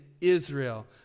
Israel